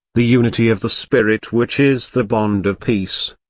the unity of the spirit which is the bond of peace,